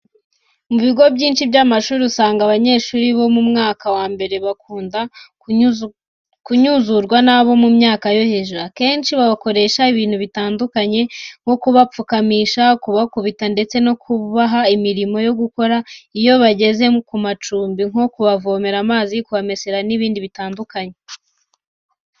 Mu bigo byinshi by’amashuri, usanga abanyeshuri bo mu mwaka wa mbere bakunda kunyuzurwa n'abo mu myaka yo hejuru. Akenshi babakoresha ibintu bitandukanye nko kubapfukamisha, kubakubita ndetse no kubaha imirimo yo gukora iyo bageze ku macumbi, nko kubavomera amazi, kubamesera n’ibindi bitandukanye.